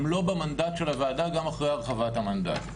הם לא במנדט של הוועדה גם אחרי הרחבת המנדט.